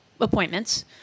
appointments